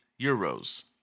Euros